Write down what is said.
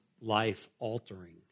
life-altering